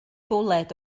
bwled